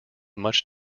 much